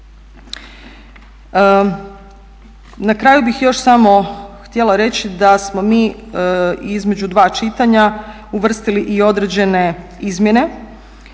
Na kraju bih još samo htjela reći da smo mi između dva čitanja uvrstili i određene izmjene.